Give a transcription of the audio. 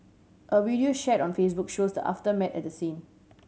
a video shared on Facebook shows the aftermath at the scene